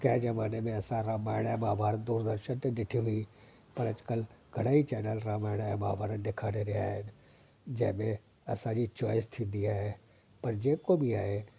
कंहिं ज़माने में असां रामायण ऐं महाभारत दूरदर्शन ते ॾिठी हुई पर अॼुकल्ह घणा ई चेनल रामायण ऐं महाभारत ॾेखारे रहिया आहिनि जंहिं में असां जी चॉइस थींदी आहे पर जेको बि आहे